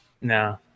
No